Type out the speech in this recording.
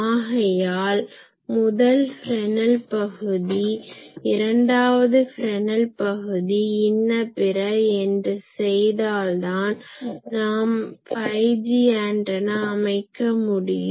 ஆகையால் முதல் ஃப்ரெஸ்னல் பகுதி இரண்டாவது ஃப்ரெஸ்னல் பகுதி இன்ன பிற என்று செய்தால் தான் நாம் 5G ஆன்டனா அமைக்க முடியும்